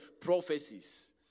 prophecies